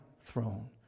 throne